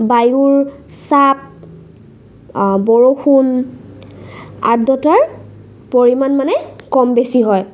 বায়ুৰ চাপ বৰষুণ আৰ্দ্ৰতাৰ পৰিমাণ মানে কম বেছি হয়